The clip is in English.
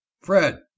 fred